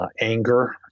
anger